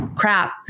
Crap